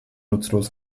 nutzlos